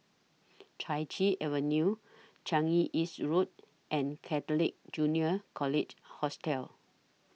Chai Chee Avenue Changi East Road and Catholic Junior College Hostel